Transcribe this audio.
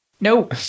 No